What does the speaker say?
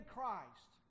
Christ